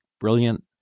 brilliant